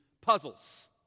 puzzles